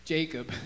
Jacob